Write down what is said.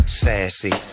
sassy